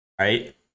right